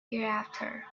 hereafter